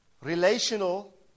relational